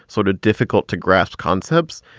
sort of difficult to grasp concepts.